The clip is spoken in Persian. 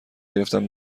گرفتم